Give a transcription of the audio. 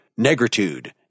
negritude